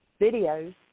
videos